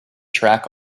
track